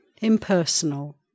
impersonal